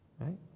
right